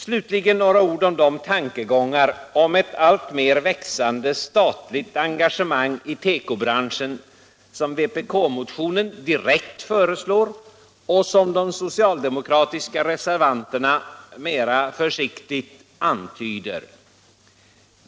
Slutligen några ord om de tankegångar om ett alltmer växande statligt engagemang i tekobranschen som vpk-motionen direkt föreslår och som de socialdemokratiska reservanterna mera försiktigt antyder.